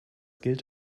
gilt